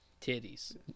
Titties